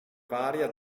varia